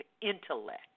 intellect